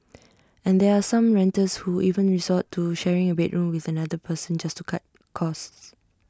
and there are some renters who even resort to sharing A bedroom with another person just to cut costs